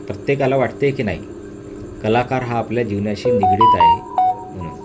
प्रत्येकाला वाटते की नाही कलाकार हा आपल्या जीवनाशी निगडीत आहे म्हणून